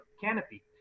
canopy